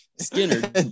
Skinner